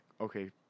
okay